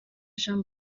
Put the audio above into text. jean